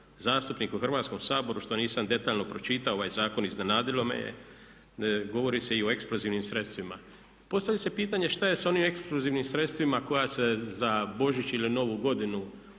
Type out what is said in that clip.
zastupnik u Hrvatskom saboru što nisam detaljno pročitao ovaj zakon, iznenadilo me je, govori se i o eksplozivnim sredstvima. Postavlja se pitanje šta je s onim eksplozivnim sredstvima koja se za Božić ili Novu godinu